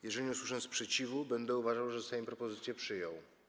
Jeżeli nie usłyszę sprzeciwu, będę uważał, że Sejm propozycję przyjął.